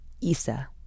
ISA